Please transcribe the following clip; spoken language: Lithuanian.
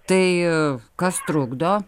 tai kas trukdo